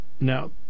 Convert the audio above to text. now